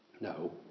No